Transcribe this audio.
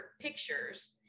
pictures